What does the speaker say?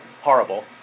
horrible